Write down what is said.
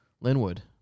Linwood